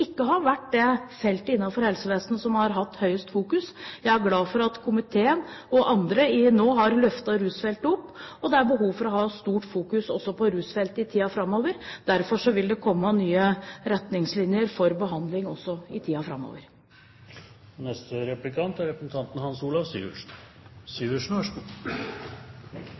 ikke har vært det feltet innenfor helsevesenet som har hatt høyest fokus. Jeg er glad for at komiteen og andre nå har løftet rusfeltet opp. Det er også behov for å ha stort fokus på rusfeltet i tiden framover. Derfor vil det også komme nye retningslinjer for behandling i tiden framover.